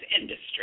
industry